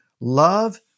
love